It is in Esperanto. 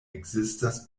ekzistas